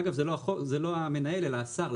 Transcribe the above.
אגב זה לא המנהל אלא השר,